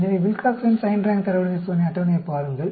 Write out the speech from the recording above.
எனவே Wilcoxon signed rank தரவரிசை சோதனை அட்டவணையைப் பாருங்கள்